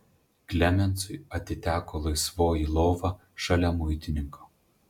klemensui atiteko laisvoji lova šalia muitininko